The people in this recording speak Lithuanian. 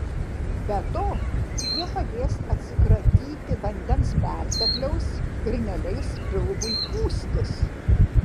be to jie padės atsikratyti vandens pertekliaus ir neleis pilvui pūstis